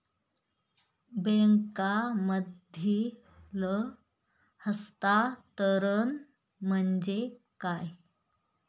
बँकांमधील हस्तांतरण म्हणजे काय?